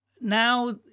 now